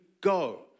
go